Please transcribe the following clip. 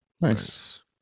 Nice